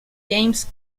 james